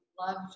loved